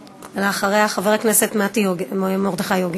ולאחריה, חבר הכנסת מרדכי יוגב.